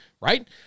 right